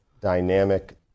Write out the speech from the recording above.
dynamic